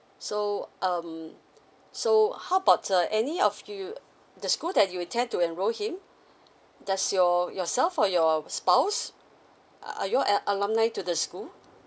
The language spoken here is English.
so um so how about uh any of you the school that you intend to enrol him does your yourself or your spouse are are you all an alumni to the school